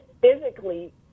physically